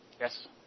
Yes